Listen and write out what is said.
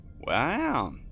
Wow